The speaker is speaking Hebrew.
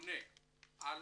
ממונה על